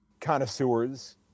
connoisseurs